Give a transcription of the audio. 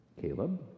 Caleb